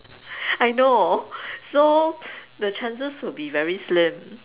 I know so the chances would be very slim